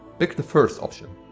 pick the first option.